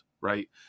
right